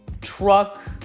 truck